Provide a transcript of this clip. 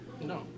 No